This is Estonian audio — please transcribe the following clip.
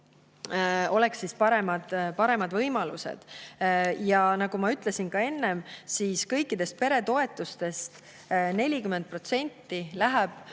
oleksid paremad võimalused. Nagu ma ütlesin ka enne, kõikidest peretoetustest 40% läheb